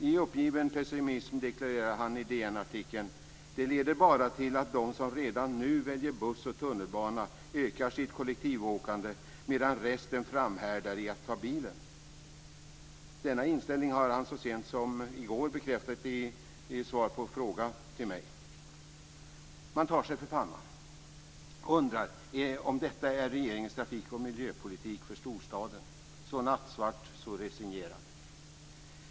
I uppgiven pessimism deklarerade han i DN-artikeln att "det leder bara till att de som redan nu väljer buss och tunnelbana ökar sitt kollektivåkande ytterligare medan resten framhärdar i att ta bilen -." Denna sin inställning har han så sent som i går bekräftat i svar på en fråga från mig. Man tar sig för pannan och undrar om detta är regeringens trafik och miljöpolitik för storstaden - så nattsvart och så resignerad.